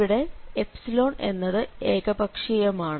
ഇവിടെ എന്നത് ഏകപക്ഷീയമാണ്